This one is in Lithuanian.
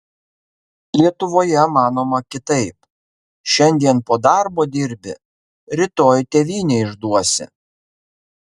lietuvoje manoma kitaip šiandien po darbo dirbi rytoj tėvynę išduosi